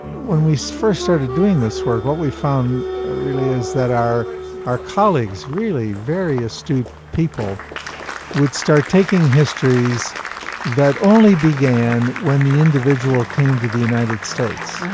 when we first started doing this work what we found ah really is that our our colleagues really very astute people would start taking histories that only began when the individual came to the united states.